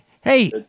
Hey